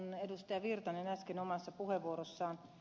erkki virtanen äsken omassa puheenvuorossaan